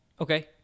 Okay